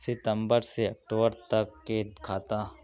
सितम्बर से अक्टूबर तक के खाता?